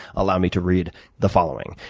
allow me to read the following.